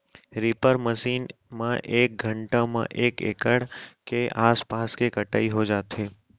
reaper machine म एक घंटा म एक एकड़ के आसपास के कटई हो जाथे